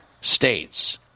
states